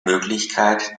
möglichkeit